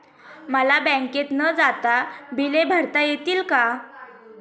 मला बँकेत न जाता बिले भरता येतील का?